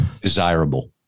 desirable